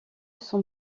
son